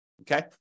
okay